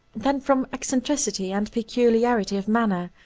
than from eccentricity and peculiarity, of manner,